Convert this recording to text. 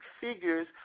figures